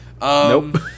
Nope